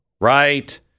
right